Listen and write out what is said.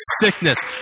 sickness